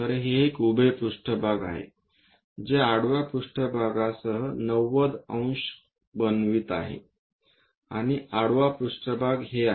तर हे एक उभे पृष्ठभाग आहे जे आडवा पृष्ठभाग सह 90 अंश बनवित आहे आणि आडवा पृष्ठभाग हे आहे